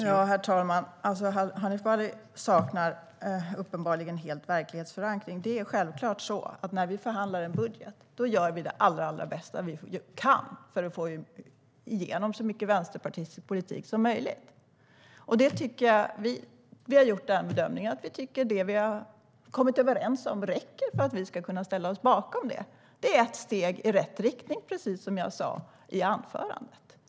Herr talman! Hanif Bali saknar uppenbarligen helt verklighetsförankring. Det är självklart så att vi när vi förhandlar en budget gör vårt allra bästa för att få igenom så mycket vänsterpartistisk politik som möjligt. Vi har gjort bedömningen att det vi har kommit överens om räcker för att vi ska kunna ställa oss bakom detta. Det är ett steg i rätt riktning, precis som jag sa i anförandet.